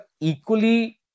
equally